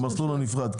שייסעו במסלול הנפרד.